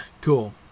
Cool